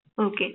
Okay